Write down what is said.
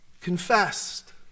confessed